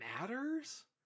matters